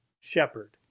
shepherd